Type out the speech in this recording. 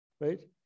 right